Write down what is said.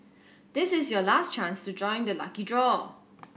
this is your last chance to join the lucky draw